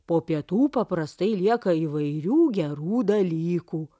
po pietų paprastai lieka įvairių gerų dalykų